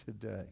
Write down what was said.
today